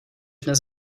dnes